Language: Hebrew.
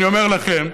אני אומר לכם,